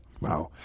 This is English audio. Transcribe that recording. Wow